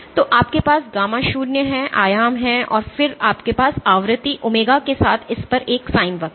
तो आपके पास गामा शून्य है आयाम है और फिर आपके पास आवृत्ति ओमेगा के साथ इस पर एक sin वक्र है